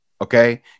Okay